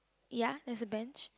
ya there's a bench